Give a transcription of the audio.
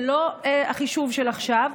זה לא החישוב של עכשיו,